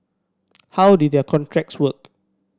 how did their contracts work